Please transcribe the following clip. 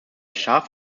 scharf